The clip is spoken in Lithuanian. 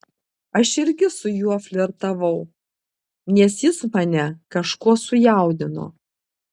aš irgi su juo flirtavau nes jis mane kažkuo sujaudino